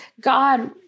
God